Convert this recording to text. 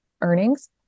earnings